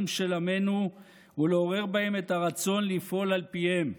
של עמנו ולעורר בהם את הרצון לפעול על פיהם,